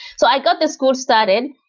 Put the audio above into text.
so i got the school started.